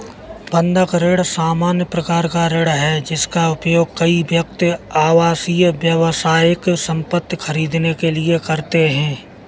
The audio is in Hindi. बंधक ऋण सामान्य प्रकार का ऋण है, जिसका उपयोग कई व्यक्ति आवासीय, व्यावसायिक संपत्ति खरीदने के लिए करते हैं